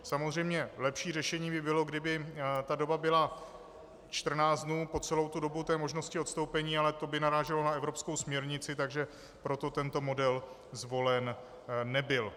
Samozřejmě lepší řešení by bylo, kdyby ta doba byla 14 dnů po celou dobu možnosti odstoupení, ale to by naráželo na evropskou směrnici, takže proto tento model zvolen nebyl.